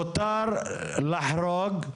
מותר לחרוג,